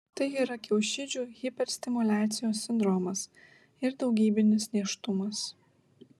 tai yra kiaušidžių hiperstimuliacijos sindromas ir daugybinis nėštumas